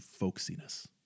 folksiness